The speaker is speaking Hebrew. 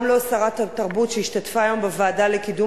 גם לא שרת התרבות שהשתתפה היום בישיבת הוועדה לקידום